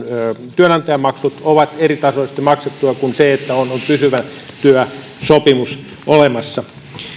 työnantajamaksut ovat eritasoisesti maksettuja kuin siinä että on on pysyvä työsopimus olemassa